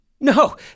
No